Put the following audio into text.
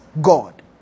God